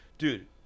Dude